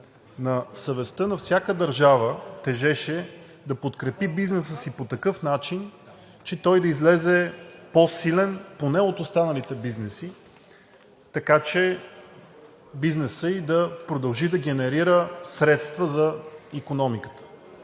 На съвестта на всяка държава тежеше да подкрепи бизнеса си по такъв начин, че той да излезе по силен поне от останалите бизнеси, така че бизнесът ѝ да продължи да генерира средства за икономиката.